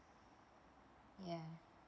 ya